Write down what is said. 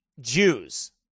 Jews